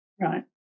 Right